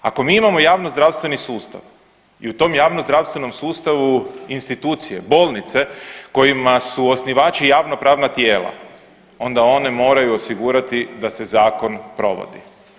Ako mi imamo javnozdravstveni sustav i u tom javnozdravstvenom sustavu, bolnice kojima su osnivači javnopravna tijela onda one moraju osigurati da se zakon provodi.